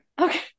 Okay